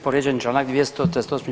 Povrijeđen je Članak 238.